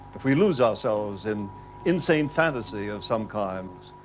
if we lose ourselves in insane fantasy of some kinds.